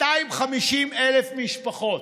250,000 משפחות,